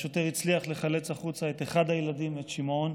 השוטר הצליח לחלץ החוצה את אחד הילדים, את שמעון,